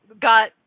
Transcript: got